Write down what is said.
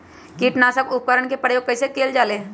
किटनाशक उपकरन का प्रयोग कइसे कियल जाल?